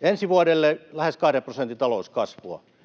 ensi vuodelle lähes kahden prosentin talouskasvua.